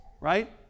right